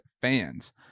fans